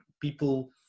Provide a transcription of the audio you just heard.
people